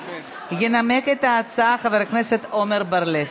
את ההצעה חבר הכנסת עמר בר-לב.